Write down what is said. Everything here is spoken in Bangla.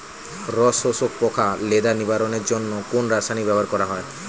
রস শোষক পোকা লেদা নিবারণের জন্য কোন রাসায়নিক ব্যবহার করা হয়?